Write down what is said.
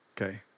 okay